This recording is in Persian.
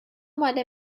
مال